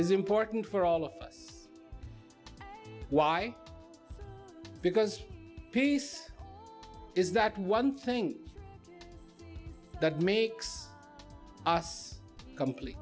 is important for all of us why because peace is that one thing that makes us complete